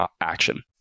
action